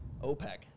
OPEC